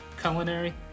culinary